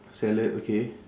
salad okay